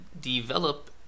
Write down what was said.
develop